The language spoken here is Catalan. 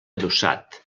adossat